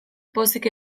pozik